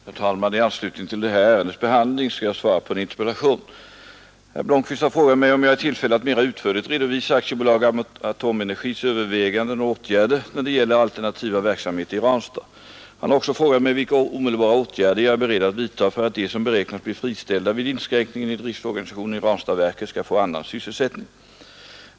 Herr talman! I anslutning till detta ärendes behandling skall jag svara på en interpellation. Herr Blomkvist har frågat mig om jag är i tillfälle att mera utförligt redovisa AB Atomenergis överväganden och åtgärder när det gäller alternativa verksamheter i Ranstad. Han har också frågat mig vilka omedelbara åtgärder jag är beredd att vidta för att de som beräknas bli friställda vid inskränkningen i driftorganisationen i Ranstadsverket skall få annan sysselsättning.